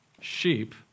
sheep